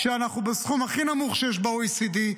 כשאנחנו בסכום הכי נמוך שיש ב-OECD.